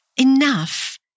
Enough